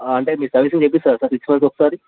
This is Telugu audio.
అంటే మీరు సర్వీసింగ్ చేయిస్తారా సార్ సిక్స్ మంత్స్కు ఒకసారి